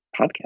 podcast